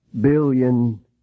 billion